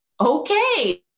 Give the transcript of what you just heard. okay